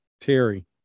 Terry